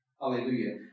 Hallelujah